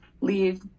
leave